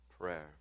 prayer